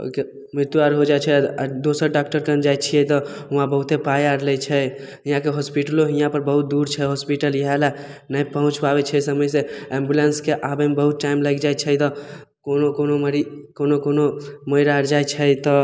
ओहिके मृत्यु आर हो जाइ छै आओर दोसर डॉक्टरकन जाइ छिए तऽ वहाँ बहुते पाइ आर लै छै हिआँके हॉस्पिटलो हिआँपर बहुत दूर छै हॉस्पिटल इएहले नहि पहुँच पाबै छै समयसे एम्बुलेन्सके आबैमे बहुत टाइम लागि जाइ छै तऽ कोनो कोनो मरीज कोनो कोनो मरि आर जाइ छै तऽ